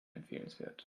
empfehlenswert